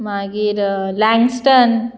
मागीर लँंगस्टन